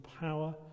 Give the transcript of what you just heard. power